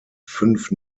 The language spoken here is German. fünf